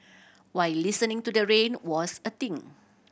while listening to the rain was a thing